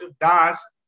Das